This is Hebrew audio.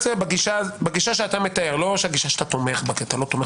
בגישה שאתה מתאר לא זו שאתה תומך בה כי אתה לא תומך